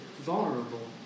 vulnerable